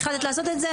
החלטת לעשות את זה,